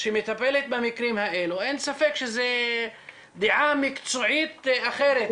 שמטפלת במקרים האלה אין ספק שזו דעה מקצועית אחרת.